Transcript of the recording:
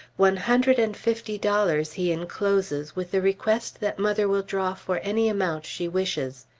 one hundred and fifty dollars he encloses with the request that mother will draw for any amount she wishes.